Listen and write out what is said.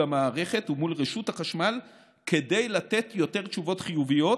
המערכת ומול רשות החשמל כדי לתת יותר תשובות חיוביות,